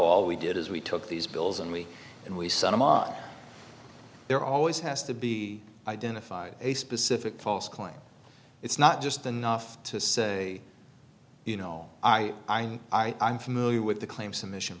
all we did is we took these bills and we and we saw them on there always has to be identified a specific false claim it's not just the nuff to say you know i i know i'm familiar with the claims and mission